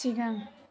सिगां